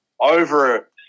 over